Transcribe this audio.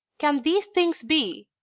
can these things be,